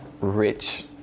rich